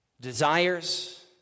desires